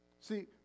See